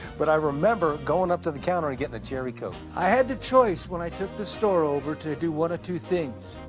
but i remember going up to the counter and getting a cherry coke. i had the choice when i took the store over to do one of two things,